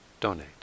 donate